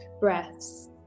breaths